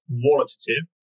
qualitative